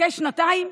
חכה שנתיים?